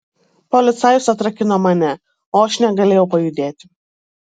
policajus atrakino mane o aš negalėjau pajudėti